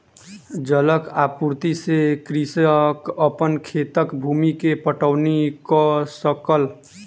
जलक आपूर्ति से कृषक अपन खेतक भूमि के पटौनी कअ सकल